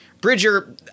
Bridger